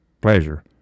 pleasure